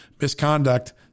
misconduct